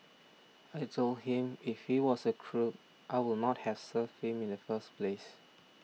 I told him if he was a crook I would not have served him in the first place